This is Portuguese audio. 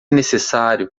necessário